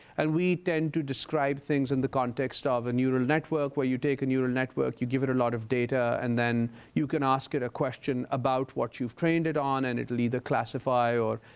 and we tend to describe things in the context of a neural network where you take a neural network, you give it a lot of data, and then you can ask it a question about what you've trained it on and it'll either classify or,